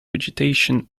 vegetation